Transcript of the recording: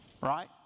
right